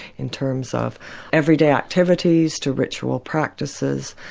in terms of everyday activities, to ritual practices,